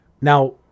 Now